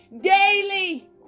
daily